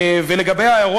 ולגבי ההערות,